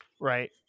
right